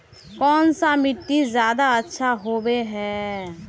कौन सा मिट्टी ज्यादा अच्छा होबे है?